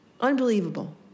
Unbelievable